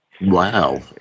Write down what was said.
wow